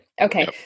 Okay